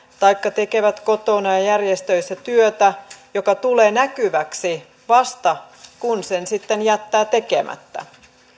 taikka tekevät kotona ja ja järjestöissä työtä joka tulee näkyväksi vasta kun sen sitten jättää tekemättä